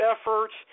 efforts